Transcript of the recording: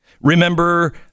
Remember